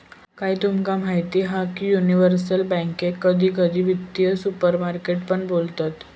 काय तुमका माहीत हा की युनिवर्सल बॅन्केक कधी कधी वित्तीय सुपरमार्केट पण बोलतत